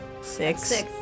six